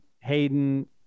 Hayden